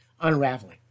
Unraveling